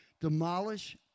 Demolish